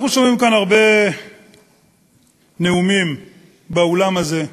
אנחנו שומעים הרבה נאומים כאן באולם הזה,